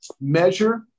measure